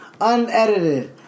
unedited